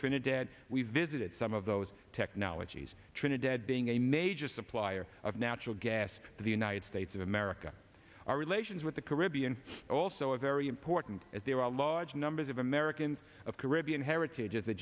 trinidad we visited some of those technologies trinidad being a major supplier of natural gas to the united states of america our relations with the caribbean also a very important as there are large numbers of americans of caribbean heritage as